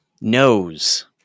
nose